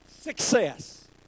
success